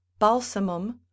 Balsamum